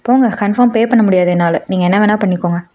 போங்க confirm pay பண்ண முடியாது என்னால் நீங்கள் என்ன வேணால் பண்ணிக்கோங்க